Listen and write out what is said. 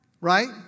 Right